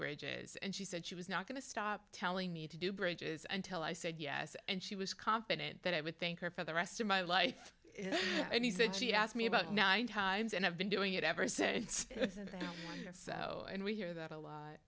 bridges and she said she was not going to stop telling me to do bridges until i said yes and she was confident that i would thank her for the rest of my life and he said she had asked me about nine times and i've been doing it ever since so and we hear that